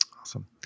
Awesome